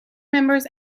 members